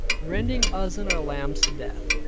rending us and our lambs to death.